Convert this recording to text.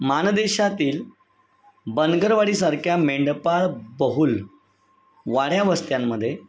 माणदेशातील बनगरवाडीसारख्या मेंढपाळ बहुल वाड्यावस्त्यांमध्ये